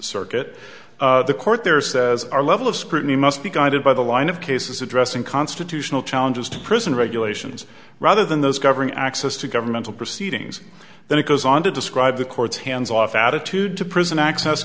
circuit the court there says our level of scrutiny must be guided by the line of cases addressing constitutional challenges to prison regulations rather than those governing access to governmental proceedings then it goes on to describe the court's hands off attitude to prison access